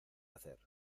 hacer